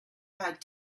had